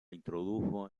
introdujo